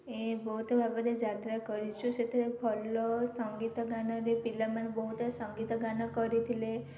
ଏ ବହୁତ ଭାବରେ ଯାତ୍ରା କରିଛୁ ସେଥିରେ ଭଲ ସଙ୍ଗୀତ ଗାନ ରେ ପିଲାମାନେ ବହୁତ ସଙ୍ଗୀତ ଗାନ କରିଥିଲେ